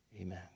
amen